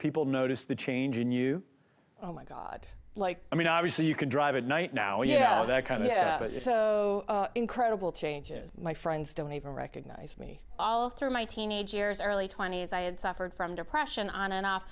people notice the change in you oh my god like i mean obviously you can drive at night now you know there was so incredible changes my friends don't even recognize me all through my teenage years early twenty's i had suffered from depression on and off